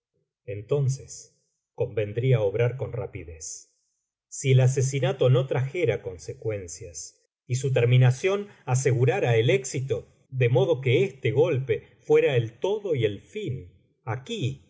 entonces convendría obrar con rapidez si el asesinato no trajera consecuencias y su terminación asegurara el éxito de modo que este golpe fuera el todo y el fin aquí